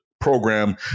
program